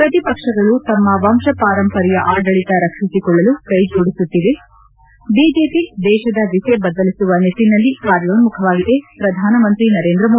ಪ್ರತಿ ಪಕ್ಷಗಳು ತಮ್ಮ ವಂಶ ಪಾರಂಪರ್ಯ ಆಡಳಿತ ರಕ್ಷಿಸಿಕೊಳ್ಳಲು ಕೈ ಜೋಡಿಸುತ್ತಿವೆ ಬಿಜೆಪಿ ದೇಶದ ದಿಸೆ ಬದಲಿಸುವ ನಿಟ್ಟನಲ್ಲಿ ಕಾರ್ಯೋನ್ಮುಖವಾಗಿದೆ ಪ್ರಧಾನಮಂತ್ರಿ ನರೇಂದ್ರ ಮೋದಿ